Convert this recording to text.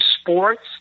sports